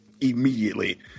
immediately